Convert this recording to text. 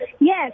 Yes